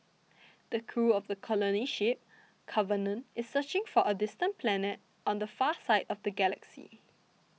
the crew of the colony ship Covenant is searching for a distant planet on the far side of the galaxy